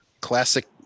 classic